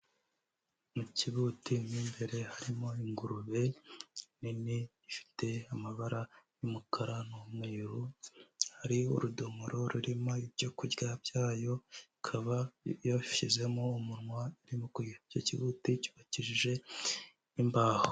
Mu kibuti mo imbere harimo ingurube nini ifite amabara y'umukara n'umweru hari urudomoro rurimo ibyo kurya byayo, ikaba yashyizemo umunwa irimo kurya. Icyo kiguti cyubakijije imbaho.